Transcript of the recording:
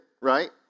right